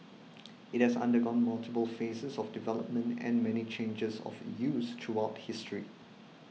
it has undergone multiple phases of development and many changes of use throughout history